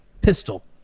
pistol